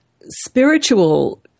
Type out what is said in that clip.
spiritual